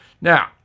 Now